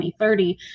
2030